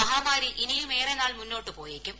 മഹാമാരി ഇനിയുമേറെ നാൾ മുന്നോട്ട് പോയേക്കും